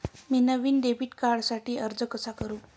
मी नवीन डेबिट कार्डसाठी अर्ज कसा करू?